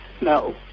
No